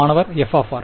மாணவர் f